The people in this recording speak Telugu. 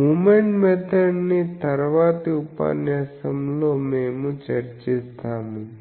మూమెంట్ మెథడ్ ని తరువాతి ఉపన్యాసంలో మేము చర్చిస్తాము